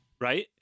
right